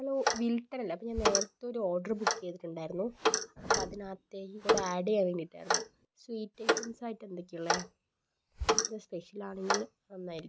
hello വിൽട്ടണല്ലേ അപ്പോൾ ഞാൻ നേരത്തേ ഒരു ഓർഡറ് ബുക്ക് ചെയ്തിട്ടുണ്ടായിരുന്നു അപ്പോൾ അതിനകത്തേക്ക്കൂടി ആഡ്ഡ് ചെയ്യാൻ വേണ്ടിയിട്ടായിരുന്നു സ്വീറ്റ് ഐറ്റംസ് ആയിട്ട് എന്തൊക്കെയാണ് ഉള്ളത് അത് സ്പെഷ്യൽ ആണെങ്കിൽ നന്നായിരിക്കും